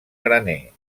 graner